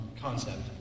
concept